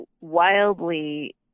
Wildly